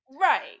right